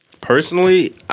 Personally